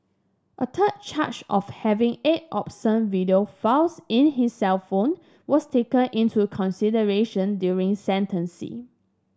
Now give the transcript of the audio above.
a third charge of having eight obscene video files in his cellphone was taken into consideration during sentencing